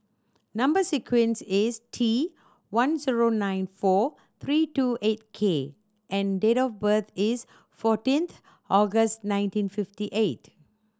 number sequence is T one zero nine four three two eight K and date of birth is fourteenth August nineteen fifty eight